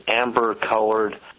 amber-colored